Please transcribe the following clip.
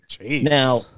now